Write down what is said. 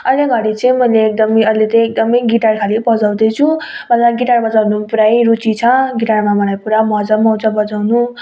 अहिले घरी चाहिँ मैले एकदम यो अहिले चाहिँ एकदम गिटार खालि बजाउँदैछु मलाई गिटार बजाउनु पुरै रुचि छ गिटारमा मलाई पुरा मजा आउँछ बजाउनु